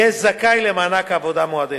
יהיה זכאי למענק עבודה מועדפת.